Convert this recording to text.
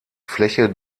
fläche